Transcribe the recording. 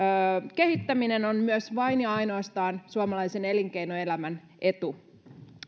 kehittäminen on myös vain ja ainoastaan suomalaisen elinkeinoelämän etu